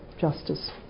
justice